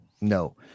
No